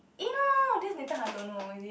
eh no no no that's Nathan-Hartono is it